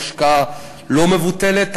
עם השקעה לא מבוטלת.